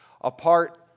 apart